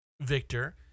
Victor